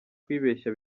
kwibeshya